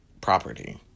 property